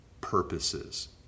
purposes